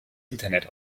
internet